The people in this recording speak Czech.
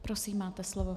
Prosím, máte slovo.